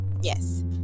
Yes